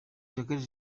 located